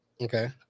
Okay